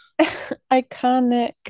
Iconic